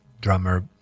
drummer